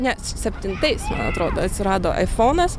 ne septintais atrodo atsirado aifonas